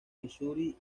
missouri